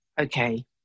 Okay